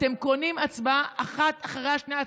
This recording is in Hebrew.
אתם קונים הצבעה אחת אחרי השנייה,